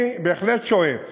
אני בהחלט שואף